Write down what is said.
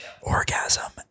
orgasm